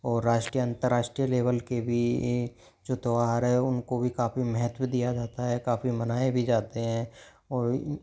और राष्ट्रीय अंतर्राष्ट्रीय लेवल के भी जो त्यौहार है उनको भी काफ़ी महत्व दिया जाता है काफ़ी मनाए भी जाते हैं और